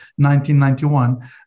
1991